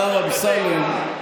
השר אמסלם,